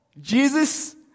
Jesus